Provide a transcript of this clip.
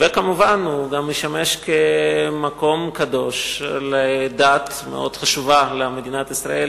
וכמובן הוא גם משמש כמקום קדוש לדת מאוד חשובה במדינת ישראל,